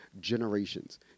generations